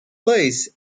place